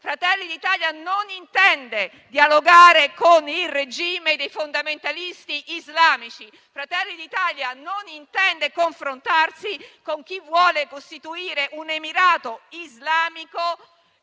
Fratelli d'Italia non intende dialogare con il regime dei fondamentalisti islamici, né intende confrontarsi con chi vuole costituire un Emirato islamico